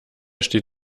steht